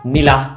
Nila